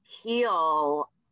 heal